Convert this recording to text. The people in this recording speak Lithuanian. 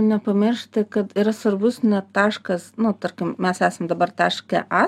nepamiršti kad yra svarbus ne taškas nu tarkim mes esam dabar taške a